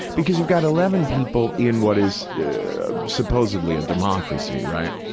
because you've got eleven people in what is supposedly a democracy, right,